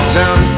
town